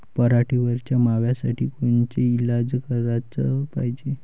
पराटीवरच्या माव्यासाठी कोनचे इलाज कराच पायजे?